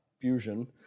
fusion